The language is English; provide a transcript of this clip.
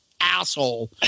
asshole